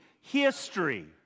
history